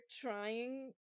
trying